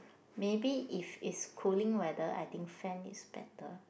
maybe if it's cooling weather I think fan is better